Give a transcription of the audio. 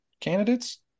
candidates